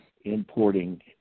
importing